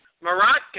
Morocco